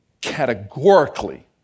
categorically